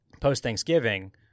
post-Thanksgiving